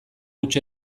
huts